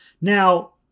Now